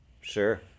Sure